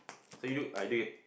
so you do I did